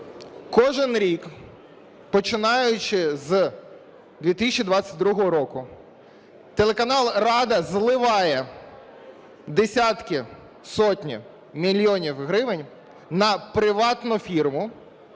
Кожен рік, починаючи з 2022 року, телеканал "Рада" зливає десятки, сотні мільйонів гривень на приватну фірму